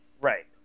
right